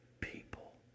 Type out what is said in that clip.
people